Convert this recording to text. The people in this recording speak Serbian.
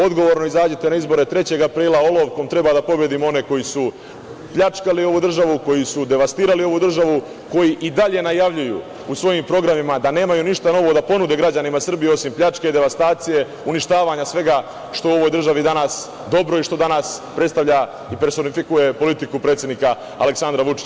Odgovorno izađite na izbore 3. aprila, olovkom treba da pobedimo one koji su pljačkali ovu državu, koji su devastirali ovu državu, koji i dalje najavljuju u svojim programima da nemaju ništa novo da ponude građanima Srbije osim pljačke, devastacije, uništavanja svega što je u ovoj državi danas i što predstavlja i personifikuje politiku predsednika Aleksandra Vučića.